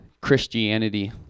Christianity